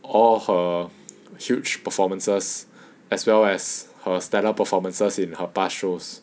all her huge performances as well as her stellar performances in her past roles